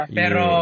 pero